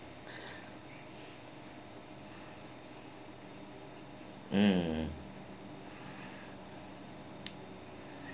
mm